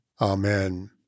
Amen